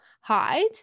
hide